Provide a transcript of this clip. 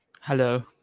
Hello